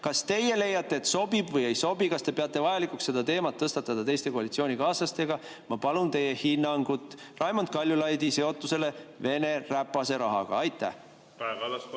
Kas teie leiate, et ta sobib või ei sobi? Kas te peate vajalikuks seda teemat tõstatada teiste koalitsioonikaaslastega? Ma palun teie hinnangut Raimond Kaljulaidi seotusele Vene räpase rahaga. Kaja